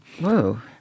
Whoa